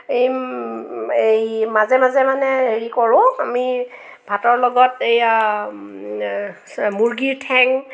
এই এই মাজে মাজে মানে হেৰি কৰোঁ আমি ভাতৰ লগত এইয়া মুৰ্গীৰ ঠেং